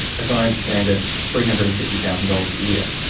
as i understand it, three hundred and fifty thousand dollars a year.